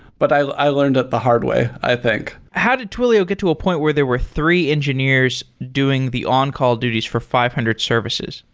but i learned it the hard way, i think. how did twilio get to a point where there were three engineers doing the on call duties for five hundred services?